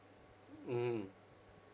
mm